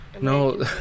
no